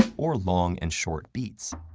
um or long and short beats.